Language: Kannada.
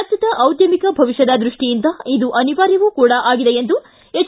ರಾಜ್ಯದ ದಿದ್ದಮಿಕ ಭವಿಷ್ಯದ ದೃಷ್ಟಿಯಿಂದ ಇದು ಅನಿವಾರ್ಯವೂ ಕೂಡ ಆಗಿದೆ ಎಂದು ಎಚ್